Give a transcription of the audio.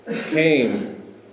came